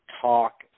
talk